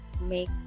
make